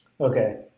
Okay